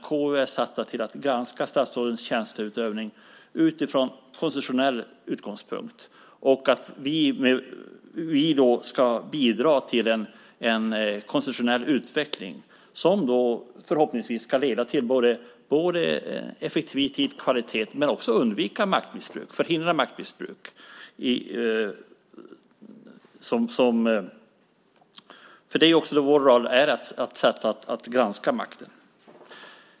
KU är satt att granska statsrådens tjänsteutövning från en konstitutionell utgångspunkt. Vi ska bidra till en konstitutionell utveckling som förhoppningsvis ska leda till effektivitet och kvalitet och undvikande av maktmissbruk. Vår roll är att granska makten.